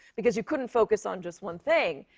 because you couldn't focus on just one thing.